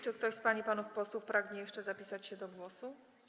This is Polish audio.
Czy ktoś z pań i panów posłów pragnie jeszcze zapisać się do głosu?